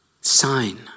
sign